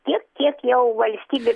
tiek kiek jau valstybių